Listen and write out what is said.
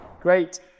great